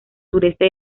sureste